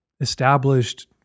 established